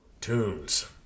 tunes